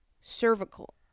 cervical